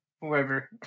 whoever